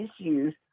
issues